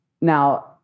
now